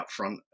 upfront